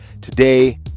Today